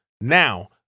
now